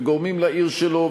וגורמים לעיר שלו,